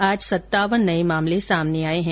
आज सत्तावन नये मामले सामने आये है